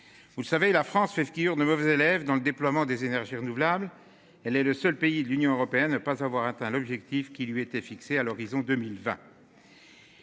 Vous le savez, la France fait figure ne mauvaise élève dans le déploiement des énergies renouvelables, elle est le seul pays de l'Union européenne ne pas avoir atteint l'objectif qui lui était fixé à l'horizon 2020.